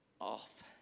off